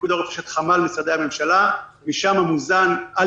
בפיקוד העורף יש את חמ"ל משרדי הממשלה ומשם מוזן על